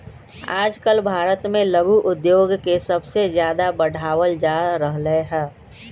आजकल भारत में लघु उद्योग के सबसे ज्यादा बढ़ावल जा रहले है